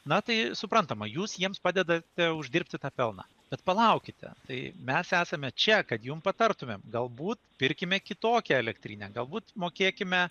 na tai suprantama jūs jiems padedate uždirbti tą pelną bet palaukite tai mes esame čia kad jum patartumėm galbūt pirkime kitokią elektrinę galbūt mokėkime